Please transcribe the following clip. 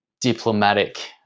diplomatic